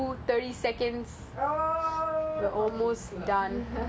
last thirty seconds we are almost done